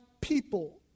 people